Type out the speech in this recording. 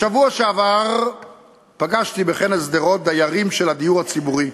בשבוע שעבר פגשתי בכנס שדרות דיירים של הדיור הציבורי.